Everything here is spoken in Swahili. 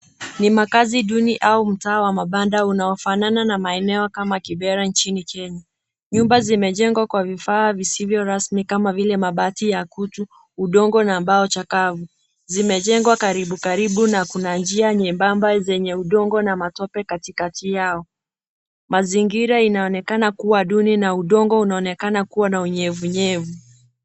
Ni makazi duni au mtaa wa mabanda unaofanana na maeneo kama Kibera nchini Kenya. Nyumba zimejengwa na vifaa visivyo rasmi kama vile mabati ya kutu, udongo na mbao chakavu. Zimejengwa karibu karibu na kuna njia nyembamba zenye udongo na matope katikati yao. Mazingira inaonekana kuwa duni na udongo unaonekana kuwa na unyevunyevu.